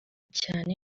cyane